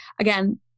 Again